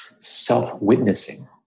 self-witnessing